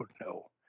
no